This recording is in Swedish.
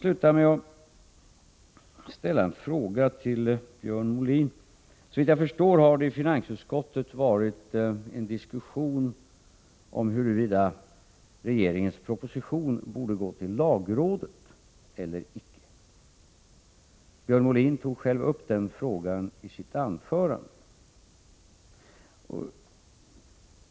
Jag vill ställa en fråga till Björn Molin. Såvitt jag förstår har det i finansutskottet förts en diskussion om huruvida regeringens proposition borde gå till lagrådet eller icke. Björn Molin tog själv upp den frågan i sitt anförande.